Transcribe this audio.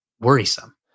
worrisome